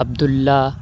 عبداللہ